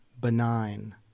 benign